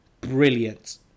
brilliant